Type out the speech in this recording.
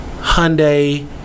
Hyundai